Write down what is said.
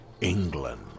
England